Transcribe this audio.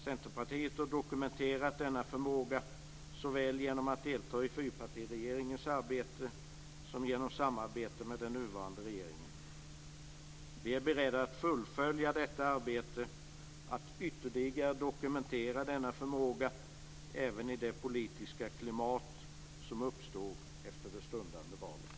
Centerpartiet har dokumenterat denna förmåga såväl genom att delta i fyrpartiregeringens arbete som genom samarbete med den nuvarande regeringen. Vi är beredda att fullfölja detta arbete och att ytterligare dokumentera denna förmåga även i det politiska klimat som uppstår efter det stundande valet.